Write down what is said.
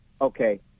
Okay